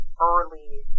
early